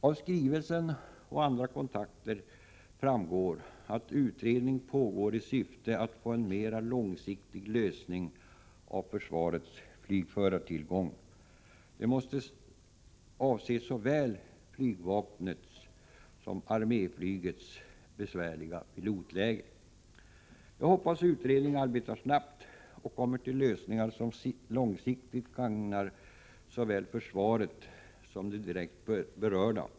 Av skrivelsen och andra kontakter framgår att utredning pågår i syfte att få en mera långsiktig lösning på försvarets flygförartillgång. Den måste avse såväl flygvapnets som arméflygets besvärliga pilotläge. Jag hoppas att utredningen arbetar snabbt och kommer till lösningar, som långsiktigt gagnar såväl försvaret som de direkt berörda.